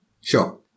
Sure